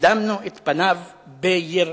וקידמנו את פניו ביראה.